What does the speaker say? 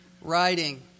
writing